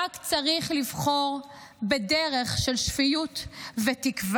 רק צריך לבחור בדרך של שפיות ותקווה.